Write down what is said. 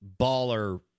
baller